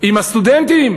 עם הסטודנטים,